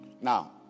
Now